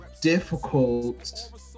difficult